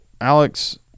Alex